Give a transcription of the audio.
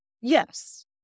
Yes